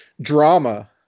drama